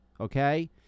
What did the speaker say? okay